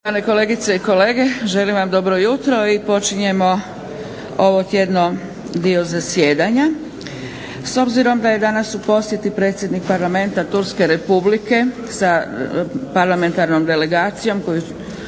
kolegice i kolege želim vam dobro jutro i počinjemo ovotjedni dio zasjedanja. S obzirom da je danas u posjeti predsjednik parlamenta Turske Republike sa parlamentarnom delegacijom koju